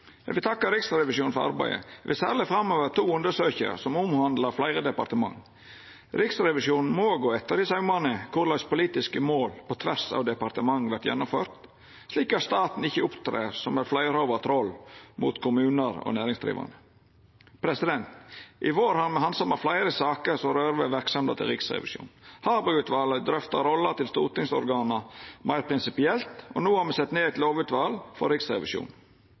Eg vil takka Riksrevisjonen for arbeidet. Eg vil særleg framheve to undersøkingar som omhandlar fleire departement. Riksrevisjonen må gå etter i saumane korleis politiske mål på tvers av departement vert gjennomførte, slik at staten ikkje opptrer som eit fleirhovuda troll mot kommunar og næringsdrivande. I vår har me handsama fleire saker som rører ved verksemda til Riksrevisjonen. Harberg-utvalet drøfta rolla til stortingsorgana meir prinsipielt, og no har me sett ned eit lovutval for Riksrevisjonen.